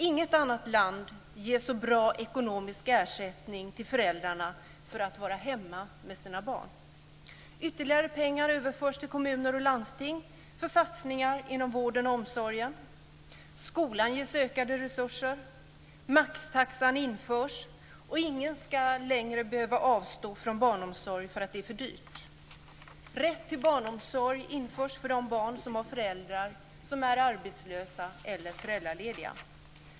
Inget annat land ger så bra ekonomisk ersättning till föräldrarna för att vara hemma med sina barn. Ytterligare pengar överförs till kommuner och landsting för satsningar inom vården och omsorgen. Skolan ges ökade resurser. Maxtaxan införs, och ingen ska längre behöva avstå från barnomsorg för att det är för dyrt. Rätt till barnomsorg införs för de barn som har föräldrar som är arbetslösa eller föräldralediga.